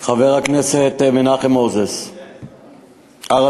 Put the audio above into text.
חבר הכנסת מנחם מוזס, הר-הזיתים.